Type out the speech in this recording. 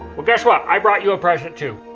well, guess what? i brought you a present too.